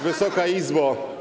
Wysoka Izbo!